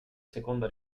seconda